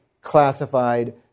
classified